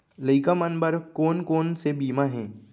लइका मन बर कोन कोन से बीमा हे?